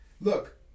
Look